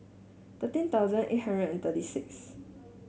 thirteen thousand eight hundred and thirty six